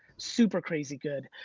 super crazy good.